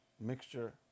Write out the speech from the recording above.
mixture